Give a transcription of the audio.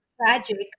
tragic